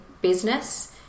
business